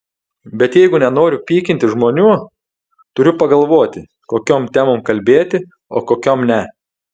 bet jeigu nenoriu pykinti žmonių turiu pagalvoti kokiom temom kalbėti o kokiom ne